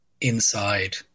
inside